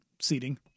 seating